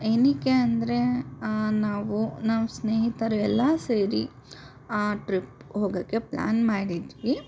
ಏನಿಕ್ಕೆ ಅಂದರೆ ನಾವು ನಾವು ಸ್ನೇಹಿತರು ಎಲ್ಲ ಸೇರಿ ಟ್ರಿಪ್ ಹೋಗಕ್ಕೆ ಪ್ಲ್ಯಾನ್ ಮಾಡಿದ್ವಿ